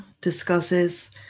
discusses